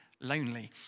lonely